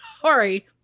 sorry